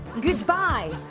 Goodbye